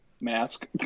mask